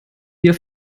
wir